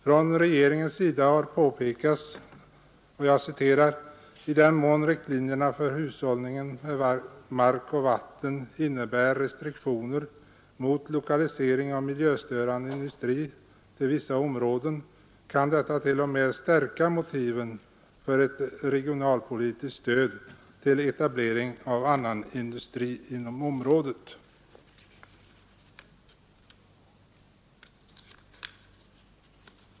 Från regeringens sida har bl.a. påpekats följande: ”I den mån riktlinjerna för hushållningen med mark och vatten innebär restriktioner mot lokalisering av miljöstörande industri till vissa områden kan detta t.o.m. stärka motiven för ett regionalpolitiskt stöd till etablering av annan industri inom områdena.